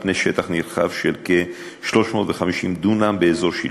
פני שטח נרחב של כ-350 דונם באזור שילה.